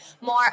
more